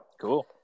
cool